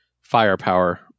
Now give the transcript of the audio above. Firepower